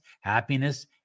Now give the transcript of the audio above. happiness